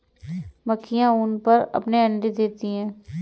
मक्खियाँ ऊन पर अपने अंडे देती हैं